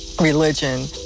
religion